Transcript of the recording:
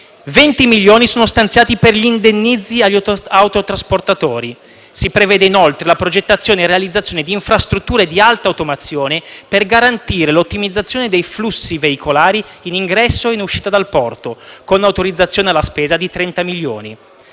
20 milioni sono stanziati per gli indennizzi agli autotrasportatori. Si prevede inoltre la progettazione e la realizzazione di infrastrutture di alta automazione per garantire l’ottimizzazione dei flussi veicolari in ingresso e in uscita dal porto, con autorizzazione alla spesa di 30 milioni;